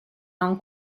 non